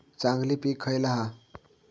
चांगली पीक खयला हा?